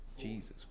Jesus